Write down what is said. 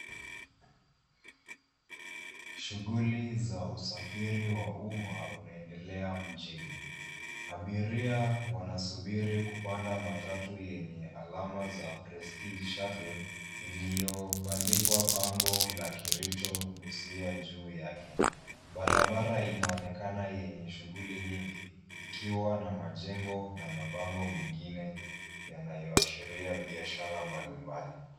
Shughuli za usafiri wa umma zinaendelea mjini. Abiria wanasubiri kupanda matatu yenye alama ya prestige shuttle , iliyobandikwa bango la Kericho, Busia juu yake. Barabara inaonekana yenye shughuli nyingi ikiwa na majengo na mabango mengine yanayoashiria biashara mbalimbali.